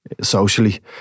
socially